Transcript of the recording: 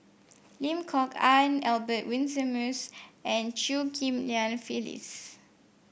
Lim Kok Ann Albert Winsemius and Chew Ghim Lian Phyllis